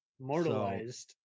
Mortalized